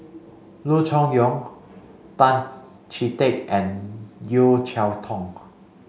Loo Choon Yong Tan Chee Teck and Yeo Cheow Tong